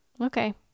Okay